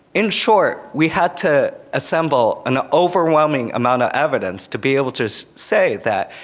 in short, we had to assemble an overwhelming amount of evidence to be able to say that,